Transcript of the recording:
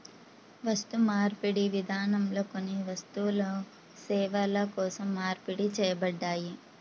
వస్తుమార్పిడి విధానంలో కొన్ని వస్తువులు సేవల కోసం మార్పిడి చేయబడ్డాయి